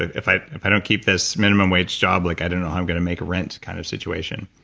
if i if i don't keep this minimum wage job, like i don't know how i'm going to make rent kind of situation.